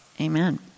Amen